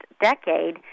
decade